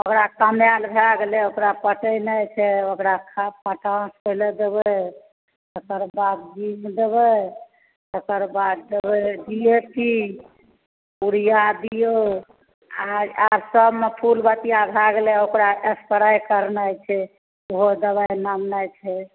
ओकरा कमैनाइ भए गेलै ओकरा पटेनाइ छै ओकरा खाद्य पोटाश पहिले देबै तकर बाद बीज देबै तकर बाद देबै यूरिआ दिऔ आ सबमे फुल पत्ती भए गेलै ओकरा स्प्रे करनाइ छै ओहो दवाइ लेनाई छै